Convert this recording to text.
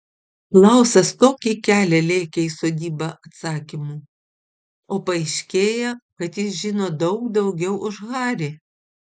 klausas tokį kelią lėkė į sodybą atsakymų o paaiškėja kad jis žino daug daugiau už harį